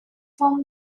from